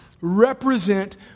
represent